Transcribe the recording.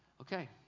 Okay